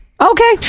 Okay